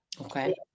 okay